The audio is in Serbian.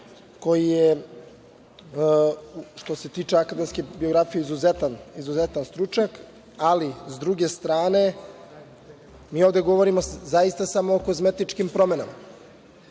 koji je, što se tiče akademske biografije, izuzetan, izuzetan stručnjak, ali s druge strane, mi ovde govorimo zaista samo o kozmetičkim promenama. Moram